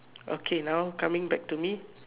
okay now coming back to me